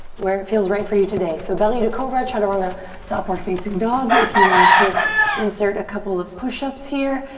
where it feels right for you today. so belly to cobra, chaturanga to upward facing dog. if you want to insert a couple of pushups here,